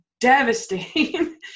devastating